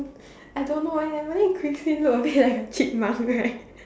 I don't know eh but then Christine look a bit like a chipmunk right